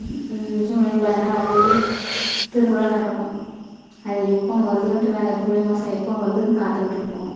ஜூலை பதினாலாம் தேதி திருவிழா நடக்கும் அது எப்போ வருதுண்டு நாங்கள் ஜூலை மாதம் எப்போ வருதுன்னு காத்துக்கிட்டிருப்போம்